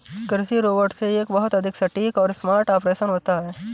कृषि रोबोट से एक बहुत अधिक सटीक और स्मार्ट ऑपरेशन होता है